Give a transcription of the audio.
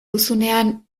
duzunean